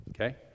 Okay